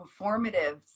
performative